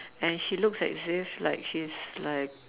and she looks as if like she's like